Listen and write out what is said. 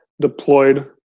deployed